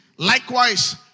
Likewise